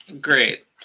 Great